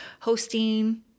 hosting